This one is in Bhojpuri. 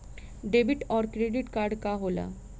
डेबिट और क्रेडिट कार्ड का होला?